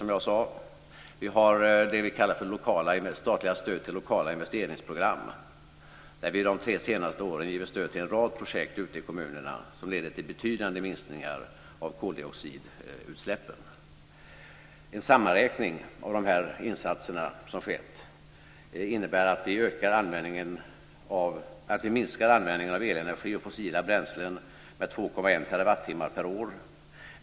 Som jag sade jobbar vi mycket med klimatpropositionen. Vi har det som vi kallar för stöd till lokala investeringsprogram där vi under de tre senaste året har givit stöd till en rad projekt ute i kommunerna som leder till betydande minskningar av koldioxidutsläppen. En sammanräkning av de insatser som vi har gjort innebär att vi minskar användningen av elenergi och fossila bränslen med 2,1 terawattimmar per år.